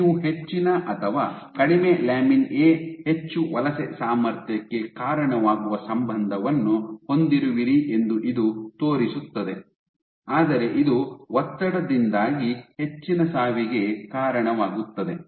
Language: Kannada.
ನೀವು ಹೆಚ್ಚಿನ ಅಥವಾ ಕಡಿಮೆ ಲ್ಯಾಮಿನ್ ಎ ಹೆಚ್ಚು ವಲಸೆ ಸಾಮರ್ಥ್ಯಕ್ಕೆ ಕಾರಣವಾಗುವ ಸಂಬಂಧವನ್ನು ಹೊಂದಿರುವಿರಿ ಎಂದು ಇದು ತೋರಿಸುತ್ತದೆ ಆದರೆ ಇದು ಒತ್ತಡದಿಂದಾಗಿ ಹೆಚ್ಚಿನ ಸಾವಿಗೆ ಕಾರಣವಾಗುತ್ತದೆ